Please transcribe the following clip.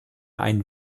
einen